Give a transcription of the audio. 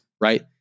right